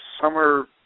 summer